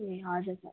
ए हजुर सर